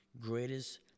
greatest